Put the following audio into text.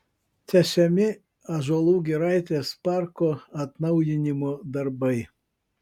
tęsiami ąžuolų giraitės parko atnaujinimo darbai